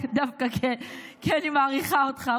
דווקא כי אני מעריכה אותך.